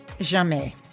jamais